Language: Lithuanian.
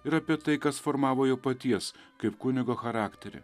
ir apie tai kas formavo jo paties kaip kunigo charakterį